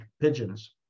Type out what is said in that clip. pigeons